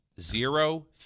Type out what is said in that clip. zero